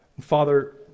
Father